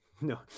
No